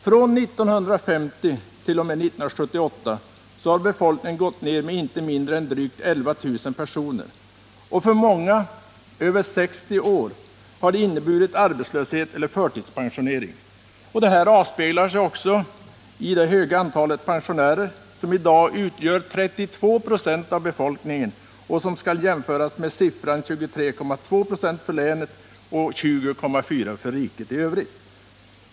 Från 1950 t.o.m. 1978 har befolkningen gått ner med inte mindre än drygt 11 000 personer. Och för många över 60 år har det inneburit arbetslöshet eller förtidspensionering. Detta avspeglar sig också i det höga antalet pensionärer, som utgör 32 96 av befolkningen och som skall jämföras med siffran 23,2 96 för länet och 20,4 96 för riket.